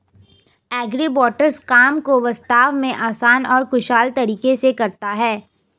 agribots काम को वास्तव में आसान और कुशल तरीके से करता है